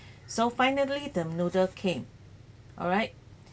so finally the noodle came alright